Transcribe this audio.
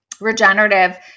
regenerative